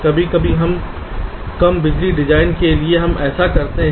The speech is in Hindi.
कभी कभी कम बिजली डिजाइन के लिए हम ऐसा करते हैं